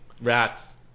rats